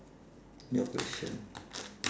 your question